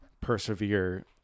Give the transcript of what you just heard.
persevere